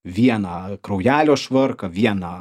vieną kraujelio švarką vieną